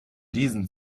diesen